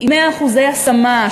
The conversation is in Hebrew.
עם 100% השמה,